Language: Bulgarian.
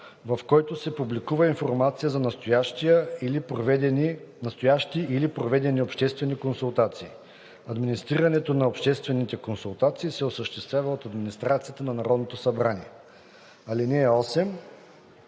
в който се публикува информация за настоящи или проведени обществени консултации. Администрирането на обществените консултации се осъществява от администрацията на Народното събрание. (8)